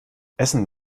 essen